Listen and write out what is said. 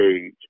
age